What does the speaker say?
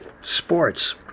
sports